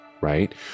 right